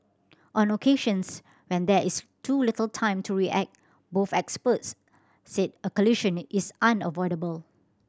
on occasions when there is too little time to react both experts said a collision is unavoidable